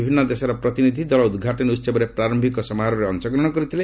ବିଭିନ୍ନ ଦେଶର ପ୍ରତିନିଧି ଦଳ ଉଦ୍ଘାଟନୀ ଉତ୍ସବର ପ୍ରାରମ୍ଭିକ ସମାରୋହରେ ଅଂଶଗ୍ରହଣ କରିଥିଲେ